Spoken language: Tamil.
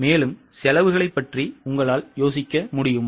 மேலும்செலவுகளைப்பற்றி யோசிக்க முடியுமா